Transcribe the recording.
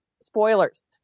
spoilers